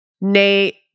Nate